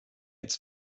its